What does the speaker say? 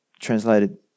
translated